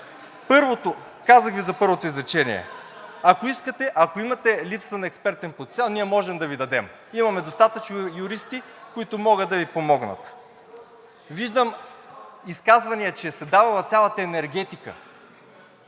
обвързаност? Казах Ви за първото изречение. Ако искате, ако имате липса на експертен потенциал, ние можем да Ви дадем. Имаме достатъчно юристи, които могат да Ви помогнат. (Шум и реплики.) Виждам изказвания, че се давала цялата енергетика